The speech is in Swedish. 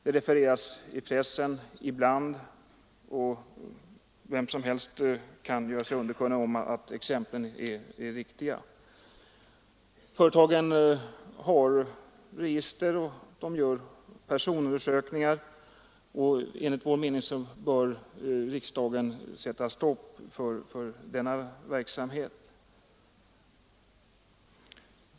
De refereras ibland i pressen, och vem som helst kan göra sig underkunnig om att exemplen är riktiga. Företagen har register och gör personundersökningar. Enligt vår mening bör riksdagen sätta stopp för denna verksamhet.